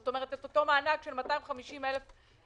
כלומר את אותו מענק של 250,000 שקל,